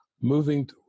moving